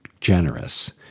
generous